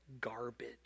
garbage